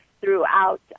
throughout